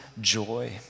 joy